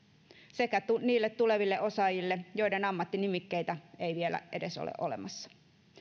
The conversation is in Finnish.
sekä niille tuleville osaajille joiden ammattinimikkeitä ei vielä edes ole olemassa